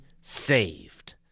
saved